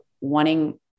wanting